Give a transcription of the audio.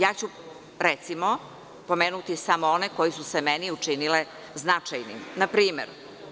Ja ću, recimo, pomenuti samo one koje su se meni učinile, značajnim.